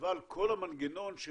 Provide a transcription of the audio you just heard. אבל כל המנגנון של